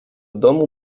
domu